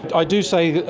i do say,